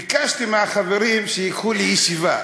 ביקשתי מהחברים שייקחו אותי לישיבה,